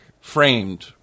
framed